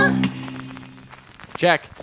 Check